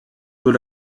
dont